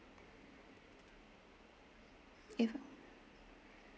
if